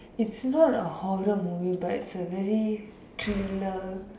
it's not a horror movie but it's a very thriller